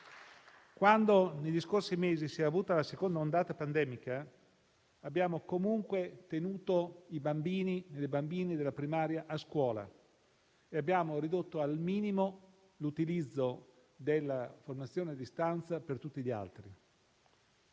Quando negli scorsi mesi si è avuta la seconda ondata pandemica, abbiamo comunque tenuto i bambini e le bambine della primaria a scuola e abbiamo ridotto al minimo l'utilizzo della formazione a distanza per tutti gli altri.